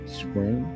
spring